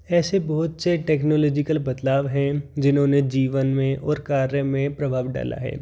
ऐसे बहुत से टेक्नोलॉजिकल बदलाव है जिन्होंने जीवन में और कार्य में प्रभाव डाला है